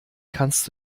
kannst